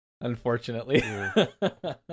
Unfortunately